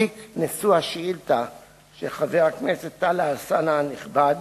התיק נשוא השאילתא של חבר הכנסת טלב אלסאנע הנכבד